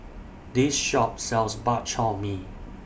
This Shop sells Bak Chor Mee